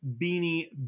Beanie